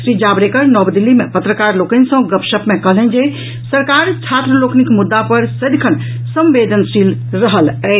श्री जावड़ेकर नव दिल्ली मे पत्रकार लोकनि सॅ गपशप मे कहलनि जे सरकार छात्र लोकनिक मुद्दा पर सदिखन संवेदनशील रहल अछि